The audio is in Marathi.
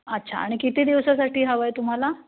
अच्छा आणि किती दिवसासाठी हवं आहे तुम्हाला